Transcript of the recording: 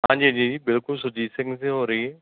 ਹਾਂਜੀ ਜੀ ਬਿਲਕੁਲ ਸੁਰਜੀਤ ਸਿੰਘ ਸੇ ਹੋ ਰਹੀ ਹੈ